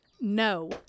No